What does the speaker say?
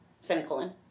semicolon